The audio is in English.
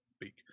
week